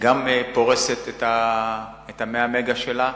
גם פורסת את ה-100 מגה שלה.